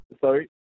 sorry